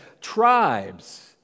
tribes